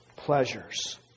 pleasures